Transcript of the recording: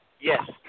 Yes